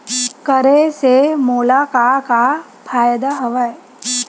करे से मोला का का फ़ायदा हवय?